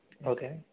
okay